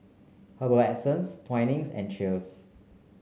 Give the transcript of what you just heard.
Herbal Essences Twinings and Cheers